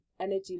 energy